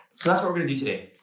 so, that's we're going to do today.